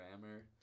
grammar